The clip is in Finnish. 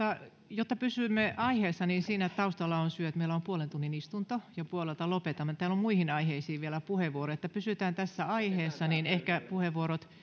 pysytään aiheessa ja taustalla on syy että meillä on puolen tunnin istunto ja puolelta lopetamme täällä on muihin aiheisiin vielä puheenvuoroja pysytään tässä aiheessa jolloin ehkä puheenvuorot